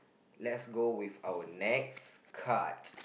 let's go with our next card